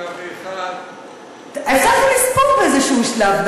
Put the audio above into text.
101. הפסקנו לספור באיזשהו שלב,